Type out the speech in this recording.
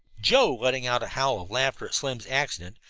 joe, letting out a howl of laughter at slim's accident,